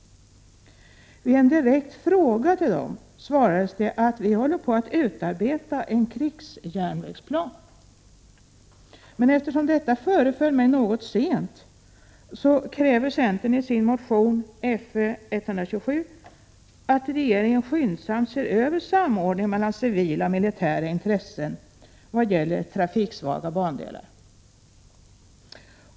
Vid en direkt fråga till dem svarades det att vi håller på att utarbeta en krigsjärnvägsplan. Eftersom detta föreföll mig något sent kräver centern i sin motion Fö127 att regeringen skyndsamt ser över samordningen mellan civila och militära intressen vad gäller trafiksvaga bandelar.